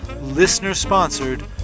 Listener-sponsored